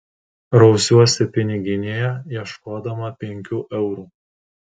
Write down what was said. rausiuosi piniginėje ieškodama penkių eurų